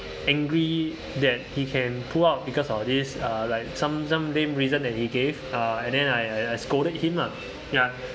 angry that he can pull out because of this uh like some some lame reason that he gave uh and then I I I scolded him lah ya